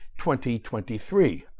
2023